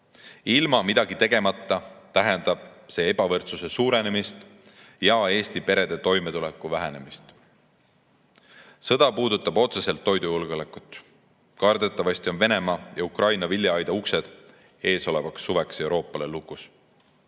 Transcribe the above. Ilma midagi tegemata tähendab see ebavõrdsuse suurenemist ja Eesti perede toimetuleku vähenemist. Sõda puudutab otseselt toidujulgeolekut. Kardetavasti on Venemaa ja Ukraina viljaaida uksed eesolevaks suveks Euroopale lukus.